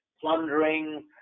plundering